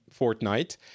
Fortnite